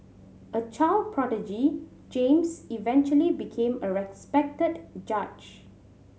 a child prodigy James eventually became a respected judge